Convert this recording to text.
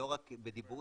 לא רק בדיבורים,